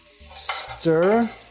Stir